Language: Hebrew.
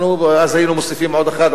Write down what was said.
אז היינו מוסיפים עוד אחד,